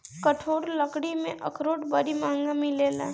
कठोर लकड़ी में अखरोट बड़ी महँग मिलेला